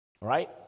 right